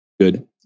Good